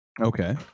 Okay